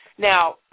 Now